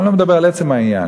ואני לא מדבר על עצם העניין,